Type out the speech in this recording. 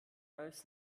als